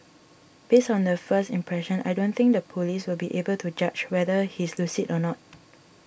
based on the first impression I don't think the police will be able to judge whether he's lucid or not